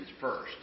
first